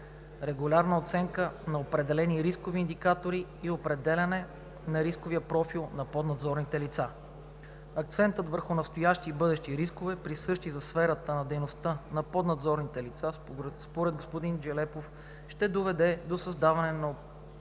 регулярна оценка на отделните рискови индикатори и определяне на рисковия профил на поднадзорните лица. Акцентът върху настоящи и бъдещи рискове, присъщи за сферата на дейност на поднадзорните лица, според господин Джелепов ще доведе до създаване на